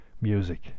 music